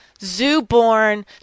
zoo-born